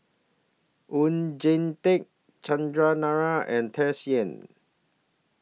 Oon Jin Teik Chandran Nair and Tsung Yeh